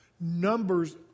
Numbers